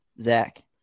Zach